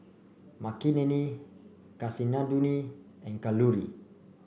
Makineni Kasinadhuni and Kalluri